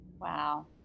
wow